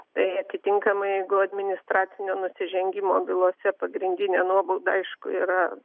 tai atitinkamai jeigu administracinio nusižengimo bylose pagrindinė nuobauda aišku yra